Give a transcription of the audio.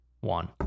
one